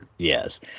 Yes